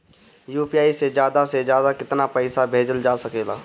UPI से ज्यादा से ज्यादा केतना पईसा भेजल जा सकेला?